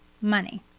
money